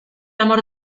amor